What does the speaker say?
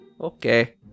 Okay